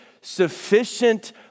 sufficient